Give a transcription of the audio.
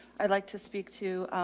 i'd like to speak to,